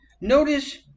Notice